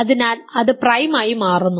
അതിനാൽ അത് പ്രൈം ആയി മാറുന്നു